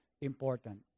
important